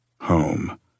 Home